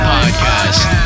Podcast